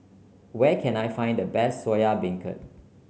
where can I find the best Soya Beancurd